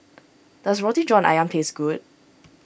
does Roti John Ayam tastes good